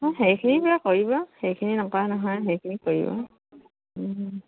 অঁ সেইখিনি কৰিব সেইখিনি নকৰা নহয় সেইখিনি কৰিব